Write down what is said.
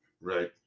Right